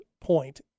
point